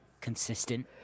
consistent